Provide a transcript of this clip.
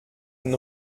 den